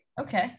okay